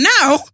now